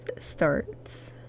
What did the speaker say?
starts